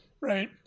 right